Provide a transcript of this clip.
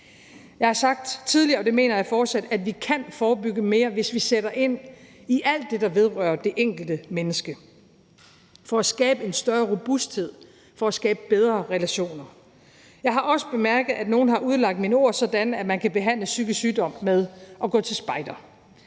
Jeg har sagt tidligere – og jeg mener det fortsat – at vi kan forebygge mere, hvis vi sætter ind på alle de områder, der vedrører det enkelte menneske, for at skabe en større robusthed, for at skabe bedre relationer. Jeg har også bemærket, at nogle har udlagt mine ord sådan, at man kan behandle psykisk sygdom med at gå til spejder.